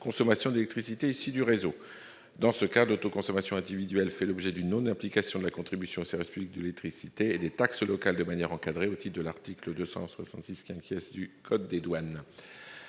consommation d'électricité issue du réseau. Dans ce cadre, l'autoconsommation individuelle fait l'objet d'une non-application de la contribution au service public de l'électricité et des taxes locales de manière encadrée, au titre de l'article 266 C du code des douanes.